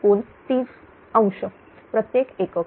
7442∠ 30° प्रत्येक एकक